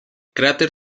cráter